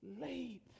late